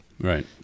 Right